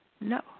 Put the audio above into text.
no